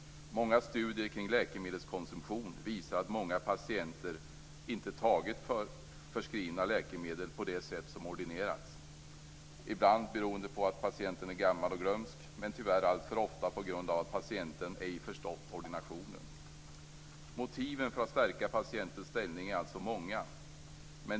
Många studier kring läkemedelskonsumtion visar att många patienter inte tagit förskrivna läkemedel på det sätt som ordinerats, ibland beroende på att patienten är gammal och glömsk men tyvärr alltför ofta på grund av att patienten ej förstått ordinationen. Motiven för att stärka patientens ställning är alltså många.